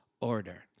order